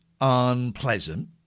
unpleasant